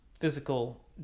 physical